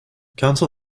council